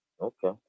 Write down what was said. Okay